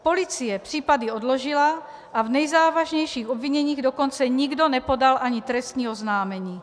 Policie případy odložila, a v nejzávažnějších obviněních dokonce nikdo nepodal ani trestní oznámení.